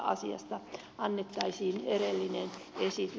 asiasta annettaisiin erillinen esitys